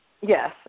Yes